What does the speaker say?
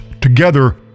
together